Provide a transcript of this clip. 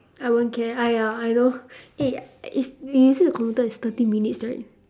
I won't care !aiya! I know eh it's you see the computer it's thirty minutes right